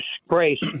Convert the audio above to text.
disgrace